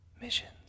Missions